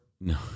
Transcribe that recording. No